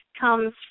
comes